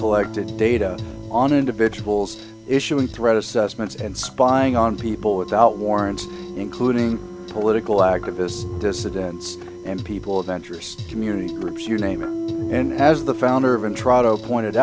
collected data on individuals issuing threat assessments and spying on people without warrants including political activists dissidents and people adventurers community groups you name it and as the founder of and try to p